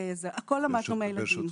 הכול למען הילדים.